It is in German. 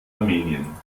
armenien